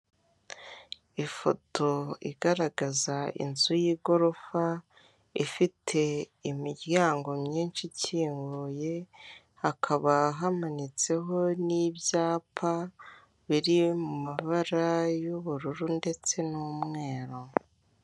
Ifoto igaragaza inzu y'igorofa, ifite imiryango myinshi ikinguye, hakaba hamanitseho n'ibyapa biri mumabara y'ubururu ndetse n'umweru.